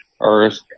earth